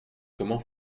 comment